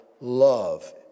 love